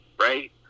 right